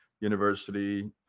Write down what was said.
university